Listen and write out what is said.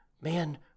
man